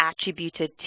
attributed